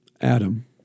Adam